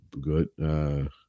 good